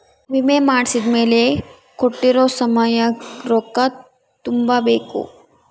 ವಿಮೆ ಮಾಡ್ಸಿದ್ಮೆಲೆ ಕೋಟ್ಟಿರೊ ಸಮಯಕ್ ರೊಕ್ಕ ತುಂಬ ಬೇಕ್